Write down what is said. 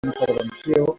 intervenció